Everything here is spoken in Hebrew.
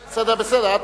בסדר.